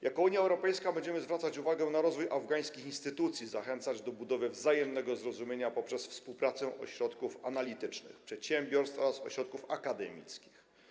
Jako Unia Europejska będziemy zwracać uwagę na rozwój afgańskich instytucji, zachęcać do budowy wzajemnego zrozumienia poprzez współpracę ośrodków analitycznych, przedsiębiorstw oraz ośrodków akademickich.